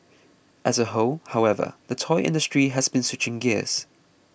as a whole however the toy industry has been switching gears